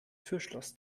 türschloss